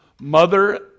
mother